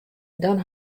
dan